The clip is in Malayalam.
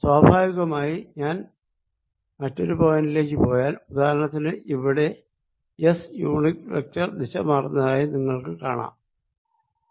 സ്വാഭാവികമായി ഞാൻ മറ്റൊരു പോയിന്റി ലേക്ക് പോയാൽ ഉദാഹരണത്തിന് ഇവിടെ എസ് യൂണിറ്റ് വെക്ടർ ദിശ മാറുന്നതായി നിങ്ങൾക്ക് കാണാൻ കഴിയും